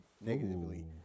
negatively